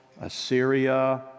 Assyria